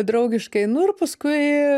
draugiškai nu ir paskui